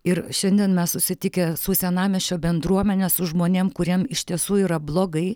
ir šiandien mes susitikę su senamiesčio bendruomenės žmonėm kuriem iš tiesų yra blogai